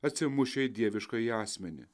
atsimušę į dieviškąjį asmenį